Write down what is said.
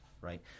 right